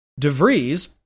DeVries